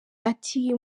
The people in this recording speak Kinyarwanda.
ati